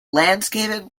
landscaping